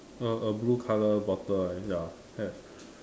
a a blue color bottle and ya have